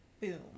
boom